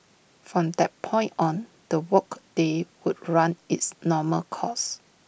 from that point on the work day would run its normal course